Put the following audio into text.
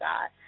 God